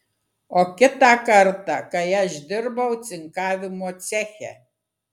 o kitą kartą kai aš dirbau cinkavimo ceche